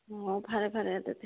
ꯑꯣ ꯐꯔꯦ ꯐꯔꯦ ꯑꯗꯨꯗꯤ